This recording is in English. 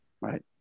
Right